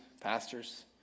pastors